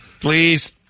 Please